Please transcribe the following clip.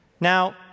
Now